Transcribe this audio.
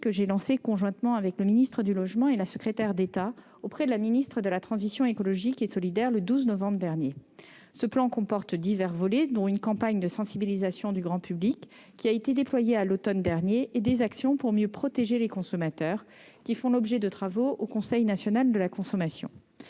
que j'ai lancé conjointement avec le ministre du logement et la secrétaire d'État auprès de la ministre de la transition écologique et solidaire le 12 novembre dernier, comporte divers volets, dont une campagne de sensibilisation du grand public, qui a été déployée à l'automne dernier, et des actions pour mieux protéger les consommateurs, qui font l'objet de travaux au Conseil national de la consommation.